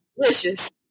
Delicious